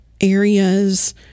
areas